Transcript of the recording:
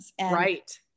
Right